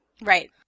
Right